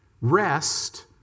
Rest